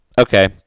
Okay